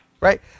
right